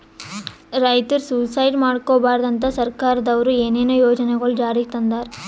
ರೈತರ್ ಸುಯಿಸೈಡ್ ಮಾಡ್ಕೋಬಾರ್ದ್ ಅಂತಾ ಸರ್ಕಾರದವ್ರು ಏನೇನೋ ಯೋಜನೆಗೊಳ್ ಜಾರಿಗೆ ತಂದಾರ್